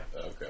Okay